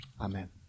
Amen